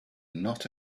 not